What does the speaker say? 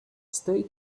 stay